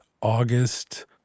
August